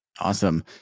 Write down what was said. awesome